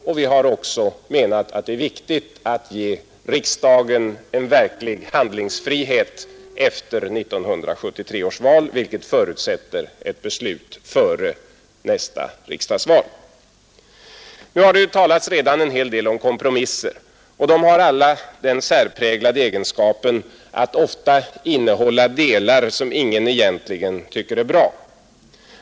Vi menar också att det är viktigt att ge riksdagen en verklig handlingsfrihet efter 1973 års val, vilket förutsätter ett beslut före nästa riksdagsval. Det har redan här talats en hel del om kompromisser. De har ofta den särpräglade egenskapen att de innehåller delar som ingen egentligen tycker är bra.